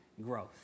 growth